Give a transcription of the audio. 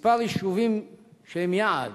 כמה יישובים שהם יעד: